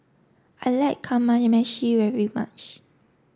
I like Kamameshi very much